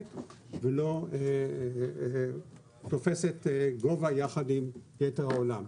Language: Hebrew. ולא תופסת גובה יחד עם יתר העולם.